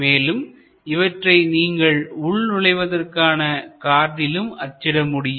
மேலும் இவற்றை நீங்கள் உள்நுழைதற்கான கார்டிலும் அச்சிட முடியும்